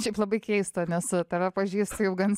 šiaip labai keista nes tave pažįstu jau gan